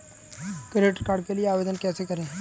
Credit card के लिए आवेदन कैसे करें?